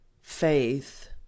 faith